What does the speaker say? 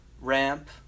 ramp